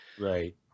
Right